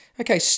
okay